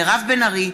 מירב בן ארי,